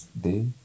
day